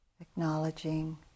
acknowledging